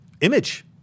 Image